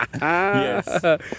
Yes